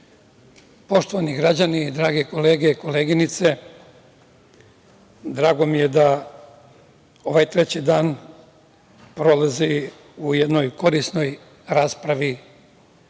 poštovani građani i drage kolege i koleginice, drago mi je da ovaj treći dan prolazi u jednoj korisnoj raspravi